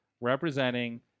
Representing